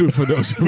for those,